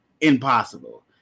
impossible